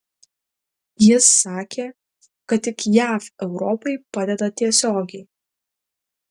jis sakė kad tik jav europai padeda tiesiogiai